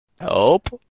Help